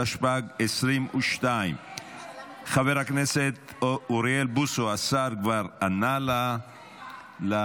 התשפ"ג 2022. השר חבר הכנסת אוריאל בוסו כבר ענה על ההצעה,